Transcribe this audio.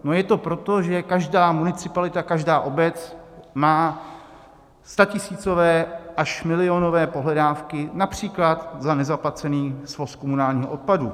Je to proto, že každá municipalita, každá obec má statisícové až milionové pohledávky například za nezaplacený svoz komunálního odpadu.